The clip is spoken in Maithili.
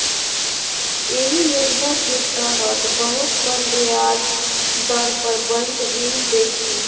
एहि योजना के तहत बहुत कम ब्याज दर पर बैंक ऋण दै छै